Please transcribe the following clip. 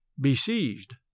Besieged